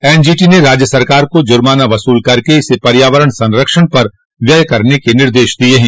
NGT ने राज्य सरकार को जुर्माना वसूल कर इसे पर्यावरण संरक्षण पर व्यय करने का निर्देश दिया है